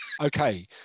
okay